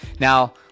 Now